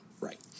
Right